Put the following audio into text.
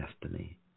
destiny